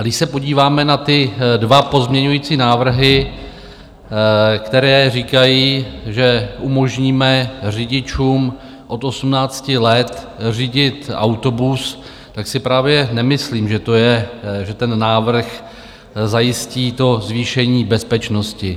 Když se podíváme na ty dva pozměňovací návrhy, které říkají, že umožníme řidičům od 18 let řídit autobus, tak si právě nemyslím, že ten návrh zajistí zvýšení bezpečnosti.